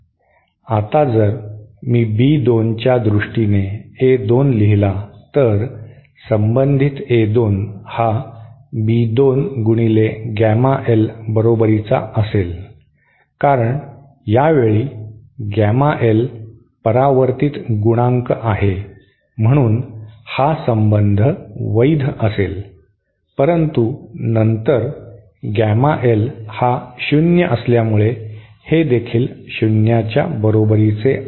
आता जर मी B 2 च्या दृष्टीने A 2 लिहिला तर संबंधित A 2 हा B 2 गुणिले गॅमा एल बरोबरीचा असेल कारण या वेळी गॅमा एल परावर्तीत गुणांक आहे म्हणून हा संबंध वैध असेल परंतु नंतर गॅमा एल हा शून्य असल्यामुळे हे देखील शून्याच्या बरोबरीचे आहे